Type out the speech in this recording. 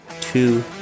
two